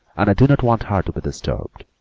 and i do not want her to be disturbed.